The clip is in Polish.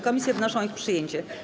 Komisje wnoszą o ich przyjęcie.